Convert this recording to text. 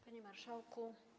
Panie Marszałku!